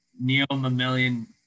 neo-mammalian